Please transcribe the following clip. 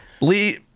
Lee